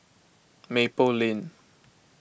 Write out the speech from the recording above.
Maple Lane